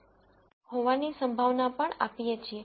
probability પણ આપીએ છીએ